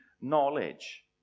knowledge